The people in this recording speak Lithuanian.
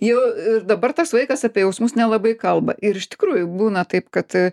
jau dabar tas vaikas apie jausmus nelabai kalba ir iš tikrųjų būna taip kad